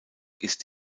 ist